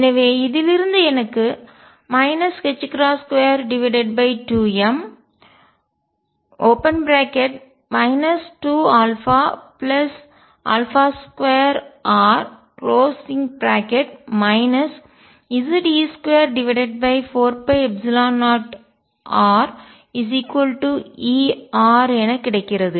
எனவே இதிலிருந்து எனக்கு 22m 2α2r Ze24π0rErஎன கிடைக்கிறது